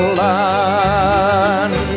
land